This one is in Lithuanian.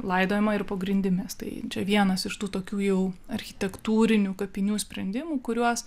laidojama ir po grindimis tai vienas iš tų tokių jau architektūrinių kapinių sprendimų kuriuos